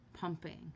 pumping